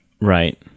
right